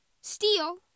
Steel